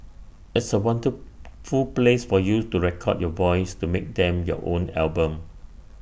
it's A wonderful place for you to record your voice to make them your own album